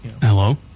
Hello